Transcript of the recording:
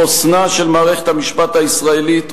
חוסנה של מערכת המשפט הישראלית,